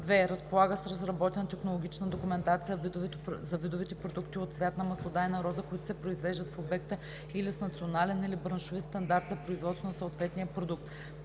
2. разполага с разработена технологична документация за видовете продукти от цвят на маслодайна роза, които се произвеждат в обекта, или с национален или браншови стандарт за производство на съответния продукт;